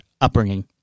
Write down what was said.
upbringing